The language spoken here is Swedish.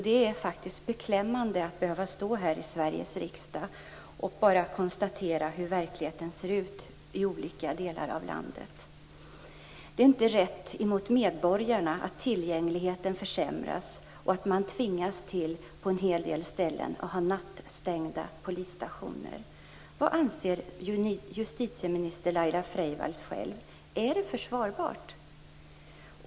Det är faktiskt beklämmande att behöva stå här i Sveriges riksdag och bara konstatera hur verkligheten ser ut i olika delar av landet. Det är inte rätt mot medborgarna att tillgängligheten försämras och att man på en hel del ställen tvingas till att ha nattstängda polisstationer. Anser justitieminister Laila Freivalds själv att det är försvarbart?